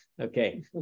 okay